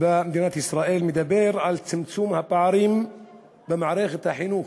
במדינת ישראל מדבר על צמצום הפערים במערכת החינוך.